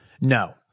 No